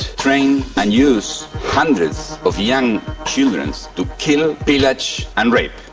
trained and used hundreds of young children to kill, pillage and rape.